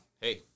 hey